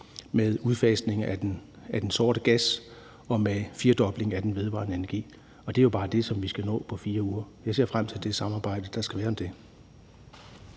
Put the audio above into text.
med udfasning af den sorte gas og med en firedobling af den vedvarende energi. Og det er jo bare det, vi skal nå på 4 uger. Jeg ser frem til det samarbejde, der skal være om det.